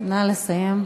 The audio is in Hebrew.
נא לסיים.